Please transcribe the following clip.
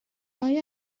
آیا